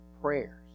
prayers